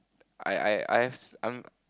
I I I've I'm